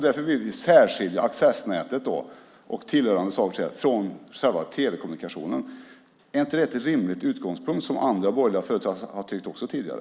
Därför vill vi särskilja accessnätet och tillhörande saker från själva telekommunikationen. Är inte det en rimlig utgångspunkt, som andra borgerliga företrädare också har tyckt tidigare?